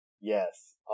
Yes